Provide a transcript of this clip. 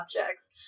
objects